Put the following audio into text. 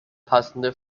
passende